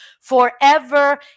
forever